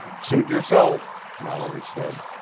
suit yourself, mallory said.